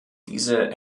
diese